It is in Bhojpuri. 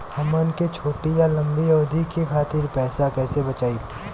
हमन के छोटी या लंबी अवधि के खातिर पैसा कैसे बचाइब?